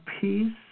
Peace